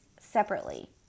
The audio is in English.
separately